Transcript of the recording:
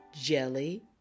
Jelly